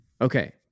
Okay